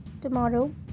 Tomorrow